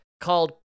called